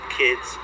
kids